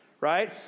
right